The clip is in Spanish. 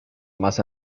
más